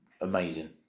amazing